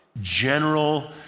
general